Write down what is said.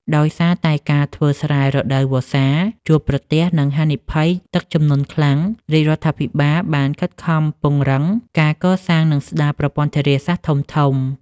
ដោយសារតែការធ្វើស្រែរដូវវស្សាជួបប្រទះនឹងហានិភ័យទឹកជំនន់ខ្លាំង រាជរដ្ឋាភិបាលបានខិតខំពង្រីកការកសាង និងស្តារប្រព័ន្ធធារាសាស្ត្រធំៗ។